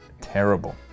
terrible